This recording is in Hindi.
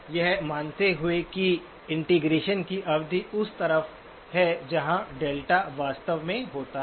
इसलिए यह मानते हुए कि इंटीग्रेशन की अवधि उस तरफ है जहां डेल्टा वास्तव में होता है